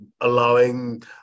allowing